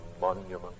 monument